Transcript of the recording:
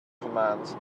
commands